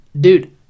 dude